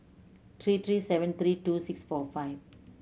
three three seven three two six four five